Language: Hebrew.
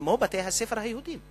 כמו את בתי-הספר היהודיים.